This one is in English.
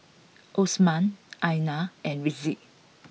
Osman Aina and Rizqi